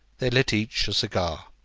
they lit each a cigar.